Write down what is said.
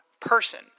person